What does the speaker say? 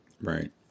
Right